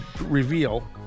reveal